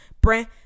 brand